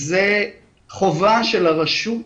זו חובה של הרשות.